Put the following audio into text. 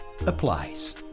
applies